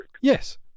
Yes